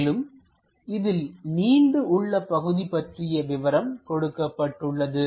மேலும் இதில் நீண்டு உள்ள பகுதி பற்றிய விவரம் கொடுக்கப்பட்டுள்ளது